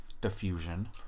diffusion